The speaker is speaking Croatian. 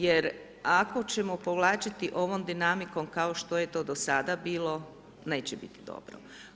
Jer ako ćemo povlačiti ovom dinamikom kao što je to do sada bilo, neće biti dobro.